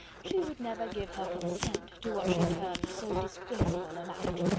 she would never give her consent to what she termed so disgraceful a match.